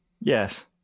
Yes